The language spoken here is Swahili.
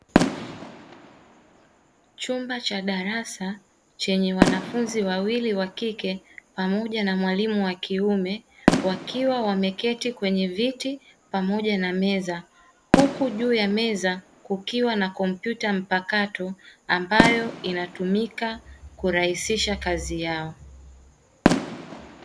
Chumba cha darasa chenye wanafunzi wawili wa kike pamoja na mwalimu wakiume wakiwa wameketi kwenye viti pamoja na meza huku juu ya meza kukiwa na kompyuta mpakato ambayo inatumika kurahisisha kazi yao.